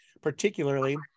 particularly